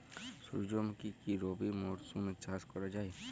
সুর্যমুখী কি রবি মরশুমে চাষ করা যায়?